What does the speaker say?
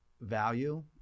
value